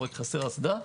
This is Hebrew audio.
רק חסר אסדה.